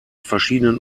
verschiedenen